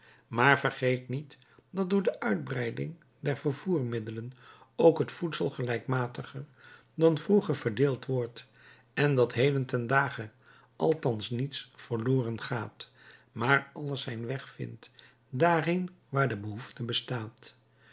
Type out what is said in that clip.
maar vergeet niet dat door de uitbreiding der vervoermiddelen ook het voedsel gelijkmatiger dan vroeger verdeeld wordt en dat heden ten dage althans niets verloren gaat maar alles zijn weg vindt daarheen waar de behoefte bestaat